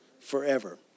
forever